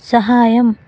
సహాయం